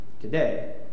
today